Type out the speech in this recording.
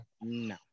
No